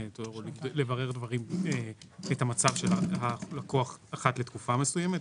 או לברר את מצב הלקוח אחת לתקופה מסוימת.